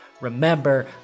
Remember